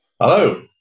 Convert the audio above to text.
Hello